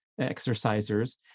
exercisers